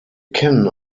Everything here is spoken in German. kennen